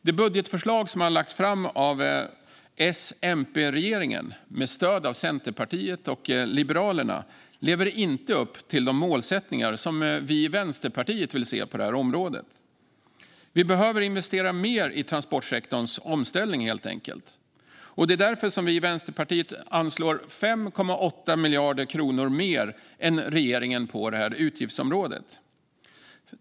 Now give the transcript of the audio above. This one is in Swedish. Det budgetförslag som har lagts fram av S-MP-regeringen, med stöd av Centerpartiet och Liberalerna, lever inte upp till de målsättningar som Vänsterpartiet vill se på detta område. Sverige behöver helt enkelt investera mer i transportsektorns omställning. Det är därför Vänsterpartiet anslår 5,8 miljarder kronor mer än regeringen på det här utgiftsområdet.